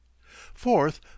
fourth